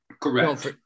Correct